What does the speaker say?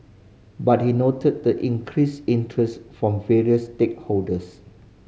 but he noted the increased interest from various stakeholders